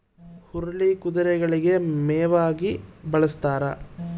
ಹುರುಳಿ ಕುದುರೆಗಳಿಗೆ ಮೇವಾಗಿ ಬಳಸ್ತಾರ